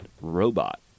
robot